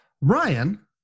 Ryan